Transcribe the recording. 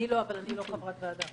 אני לא, אבל אני לא חברת ועדה.